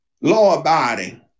law-abiding